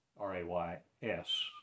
R-A-Y-S